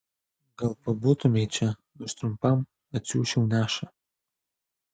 gal pabūtumei čia aš trumpam atsiųsčiau nešą